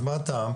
אז מה הטעם?